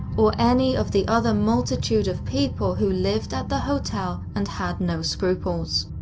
or any of the other multitude of people who lived at the hotel and had no scruples.